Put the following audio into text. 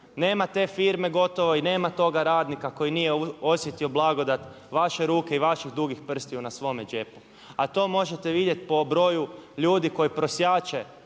Nema te firme gotovo i nema toga radnika koji nije osjetio blagodat vaše ruke i vaših dugih prstiju na svome džepu, a to možete vidjeti po broju ljudi koji prosjače